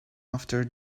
after